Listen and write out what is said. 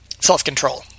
self-control